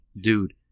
dude